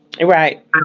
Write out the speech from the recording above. Right